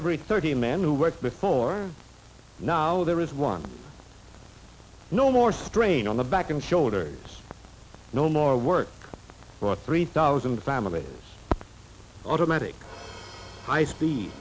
every thirty men who worked before now there is one no more strain on the back and shoulders no more work for three thousand the family is automatic high speed